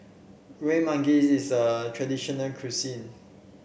Kueh Manggis is a traditional cuisine